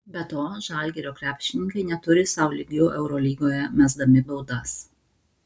be to žalgirio krepšininkai neturi sau lygių eurolygoje mesdami baudas